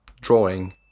drawing